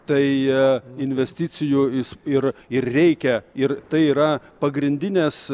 tai investicijų jis ir ir reikia ir tai yra pagrindinės